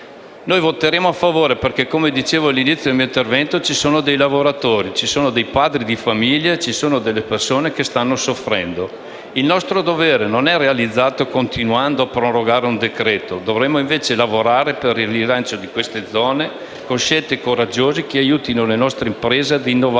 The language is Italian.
provvedimento perché, come ho detto all'inizio del mio intervento, ci sono dei lavoratori, dei padri di famiglia, delle persone che stanno soffrendo. Il nostro dovere non è realizzato continuando a prorogare un decreto-legge, dovremmo invece lavorare per il rilancio di queste zone, con scelte coraggiose che aiutino le nostre imprese a innovare,